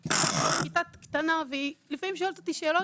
קצת קטנה ולפעמים היא שואלת אותי שאלות,